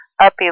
up